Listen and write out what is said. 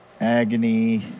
Agony